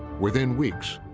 within weeks,